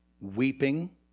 weeping